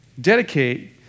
Dedicate